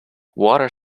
water